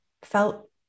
felt